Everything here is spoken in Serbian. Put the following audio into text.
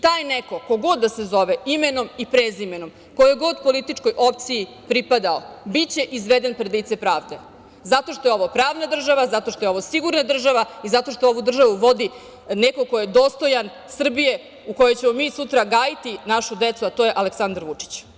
Taj neko ko god da se zove, imenom i prezimenom, kojoj god političkoj opciji pripadao, biće izveden pred lice pravde zato što je ovo pravna država, zato što je ovo sigurna država i zato što ovu državu vodi neko ko je dostojan Srbije u kojoj ćemo mi sutra gajiti našu decu, a to je Aleksandar Vučić.